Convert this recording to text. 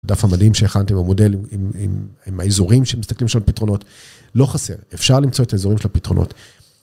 הדף המדהים שהכנתי במודל עם האזורים שמסתכלים שם על פתרונות, לא חסר, אפשר למצוא את האזורים של הפתרונות.